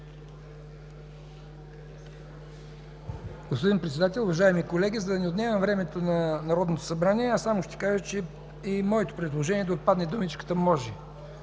Господин Председател, уважаеми колеги, за да не отнемам времето на Народното събрание, само ще кажа, че и моето предложение е да отпадне думичката „може”.